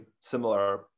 similar